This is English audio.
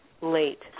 late